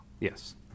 Yes